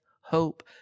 hope